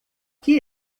que